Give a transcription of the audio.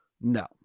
No